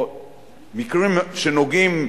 או מקרים שנוגעים,